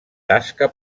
tasca